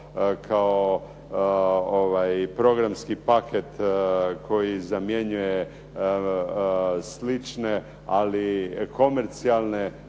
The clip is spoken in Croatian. kao programski paket koji zamjenjuje slične, ali komercijalne,